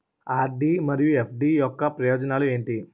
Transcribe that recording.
RD మరియు FD యొక్క ప్రయోజనాలు ఏంటి?